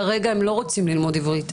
כרגע הם לא רוצים ללמוד עברית,